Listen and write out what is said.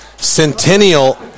Centennial